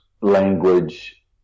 language